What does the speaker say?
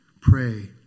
Pray